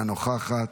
אינה נוכחת,